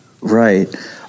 Right